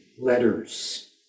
letters